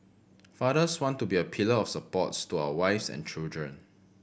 fathers want to be a pillar of support to our wives and children